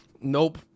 nope